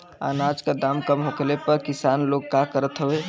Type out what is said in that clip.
अनाज क दाम कम होखले पर किसान लोग का करत हवे?